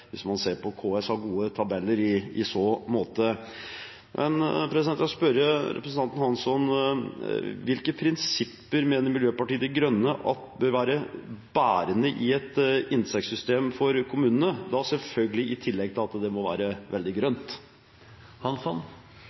hvis man ser på KS’ gode tabeller i så måte. Jeg vil spørre representanten Hansson: Hvilke prinsipper mener Miljøpartiet De Grønne bør være bærende i et inntektssystem for kommunene, da selvfølgelig i tillegg til at det må være veldig grønt?